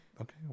Okay